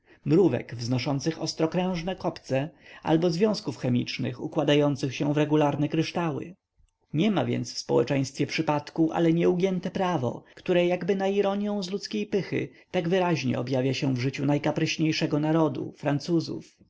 mrówek wznoszących ostrokrężne kopce albo związków chemicznych układających się w regularne kryształy niema więc w społeczeństwie przypadku ale nieugięte prawo które jakby na ironią z ludzkiej pychy tak wyraźnie objawia się w życiu najkapryśniejszego narodu francuzów